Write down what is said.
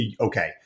Okay